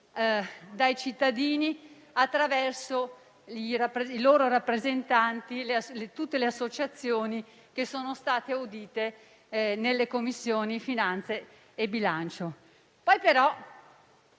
dai cittadini, attraverso i loro rappresentanti e tutte le associazioni che sono stati auditi nelle Commissioni finanze e bilancio. Poi, però,